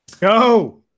Go